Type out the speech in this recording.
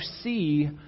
see